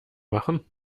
machen